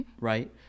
right